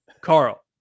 Carl